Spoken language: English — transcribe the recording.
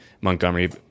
Montgomery